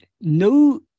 no